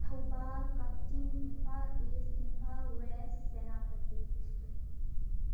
Thoubal Kakching Imphal East Imphal West Senapati district